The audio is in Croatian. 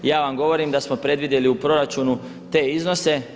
Ja vam govorim da smo predvidjeli u proračunu te iznose.